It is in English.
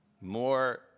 more